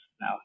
now